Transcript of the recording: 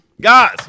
guys